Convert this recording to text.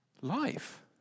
life